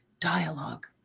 dialogue